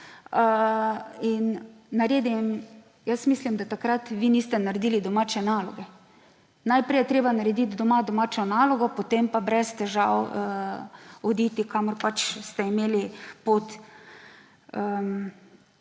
za muco. Jaz mislim, da takrat vi niste naredili domače naloge. Najprej je treba narediti doma domačo nalogo, potem pa brez težav oditi, kamor ste pač imeli pot.